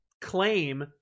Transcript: claim